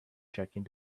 checking